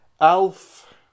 Alf